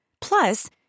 Plus